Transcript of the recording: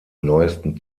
neuesten